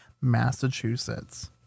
Massachusetts